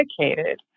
dedicated